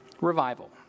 revival